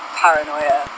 paranoia